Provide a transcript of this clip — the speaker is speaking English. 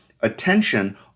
Attention